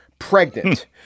pregnant